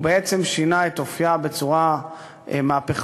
הוא שינה את אופייה בצורה מהפכנית,